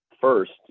first